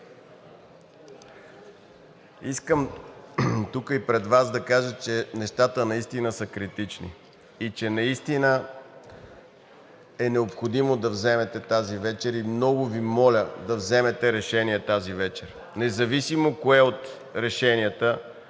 Искам тук и пред Вас да кажа, че нещата наистина са критични и че наистина е необходимо да вземете решение тази вечер – и много Ви моля да вземете решение тази вечер, независимо кое от решенията,